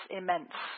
immense